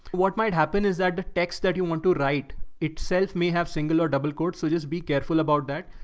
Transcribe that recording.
what might happen is that the text that you want to write it sells may have single or double quotes. so just be careful about that.